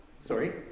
sorry